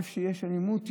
איפה שיש אלימות,